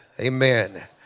Amen